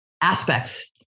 aspects